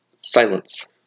silence